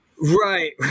Right